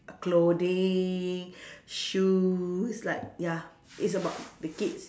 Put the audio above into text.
clothing shoes like ya it's about the kids